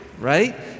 Right